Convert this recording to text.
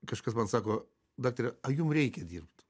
kažkas man sako daktare jum reikia dirbt